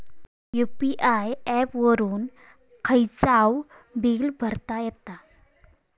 UPI app वापरून खायचाव bill भरता येता